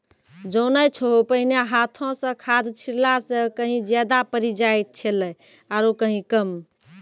जानै छौ पहिने हाथों स खाद छिड़ला स कहीं ज्यादा पड़ी जाय छेलै आरो कहीं कम